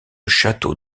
château